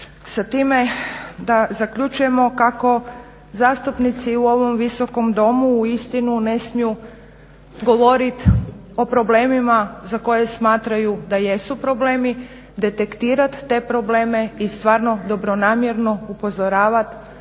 sa time da zaključujemo kako zastupnici u ovom Visokom domu uistinu ne smiju govorit o problemima za koje smatraju da jesu problemi, detektirat te probleme i stvarno dobronamjerno upozoravat